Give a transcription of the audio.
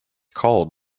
called